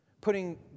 Putting